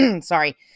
sorry